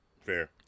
fair